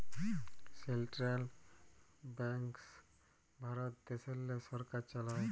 central banks Bharat দ্যাশেল্লে সরকার চালায়